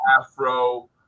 Afro